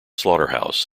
slaughterhouse